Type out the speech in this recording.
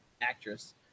actress